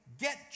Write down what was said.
get